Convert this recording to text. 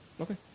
Okay